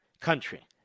country